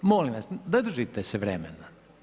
Molim Vas, držite se vremena.